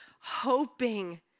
hoping